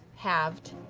halved.